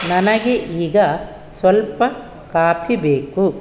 ನನಗೆ ಈಗ ಸ್ವಲ್ಪ ಕಾಪಿ ಬೇಕು